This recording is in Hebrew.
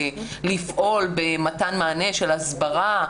לפעול במתן מענה של הסברה,